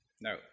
No